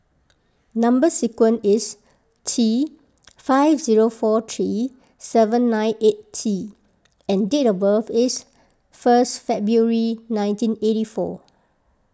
Number Sequence is T five zero four three seven nine eight T and date of birth is first February nineteen eight four